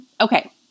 Okay